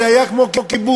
זה היה כמו כיבוש.